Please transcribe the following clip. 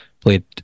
played